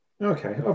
Okay